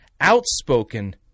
outspoken